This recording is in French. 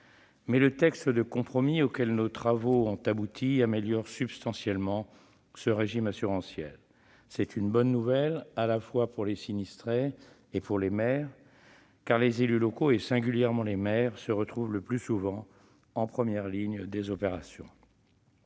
le texte de compromis auquel nos travaux ont abouti améliore substantiellement ce régime assurantiel. C'est une bonne nouvelle, à la fois pour les sinistrés et pour les maires. En effet, les élus locaux et singulièrement les maires se retrouvent le plus souvent en première ligne des opérations.